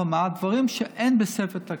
אבל מה, דברים שאין בספר תקציב.